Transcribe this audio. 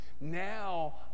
Now